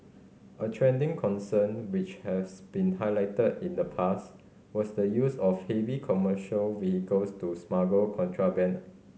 a trending concerned which has been highlighted in the past was the use of heavy commercial vehicles to smuggle contraband